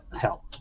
help